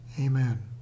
Amen